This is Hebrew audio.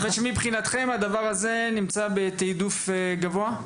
ומבחינתכם, הדבר הזה נמצא בתיעדוף גבוה?